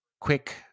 quick